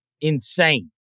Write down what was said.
insane